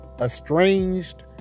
estranged